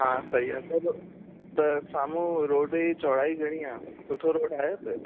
हा सई आहे पर त साम्हूं रोड जी चौड़ाई घणी आहे सुठो रोड आहे हुते